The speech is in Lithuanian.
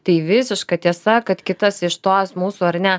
tai visiška tiesa kad kitas iš tos mūsų ar ne